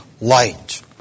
light